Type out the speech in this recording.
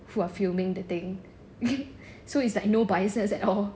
who are filming the thing so it's like no biasness at all